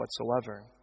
whatsoever